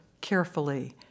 carefully